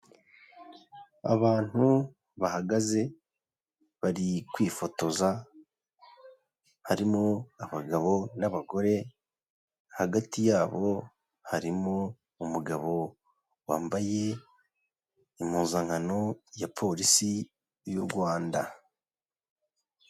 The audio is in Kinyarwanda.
Abantu bahagaze bari kwifotoza, harimo abagabo n'abagore, hagati yabo harimo umugabo wambaye impuzankano ya polisi y'u Rwanda.